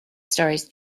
stories